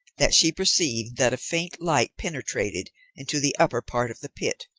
that she perceived that a faint light penetrated into the upper part of the pit.